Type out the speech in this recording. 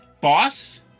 boss